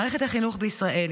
מערכת החינוך בישראל,